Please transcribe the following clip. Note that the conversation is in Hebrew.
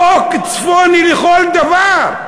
חוק צפוני לכל דבר.